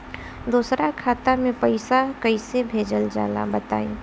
दोसरा खाता में पईसा कइसे भेजल जाला बताई?